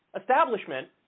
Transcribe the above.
establishment